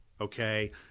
okay